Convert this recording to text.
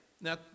Now